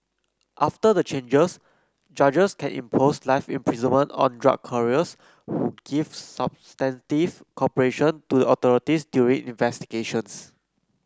after the changes judges can impose life imprisonment on drug couriers who give substantive cooperation to the authorities during investigations